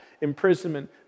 imprisonment